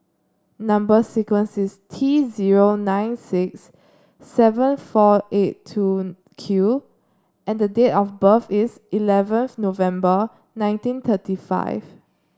number sequence is T zero nine six seven four eight two Q and date of birth is eleventh November nineteen thirty five